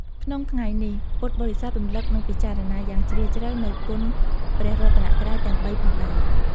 ក្នុងថ្ងៃនេះ ពុទ្ធបរិស័ទរំលឹក និងពិចារណាយ៉ាងជ្រាលជ្រៅនូវគុណព្រះរតនត្រ័យទាំងបីផងដែរ។